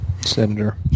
Senator